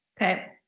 okay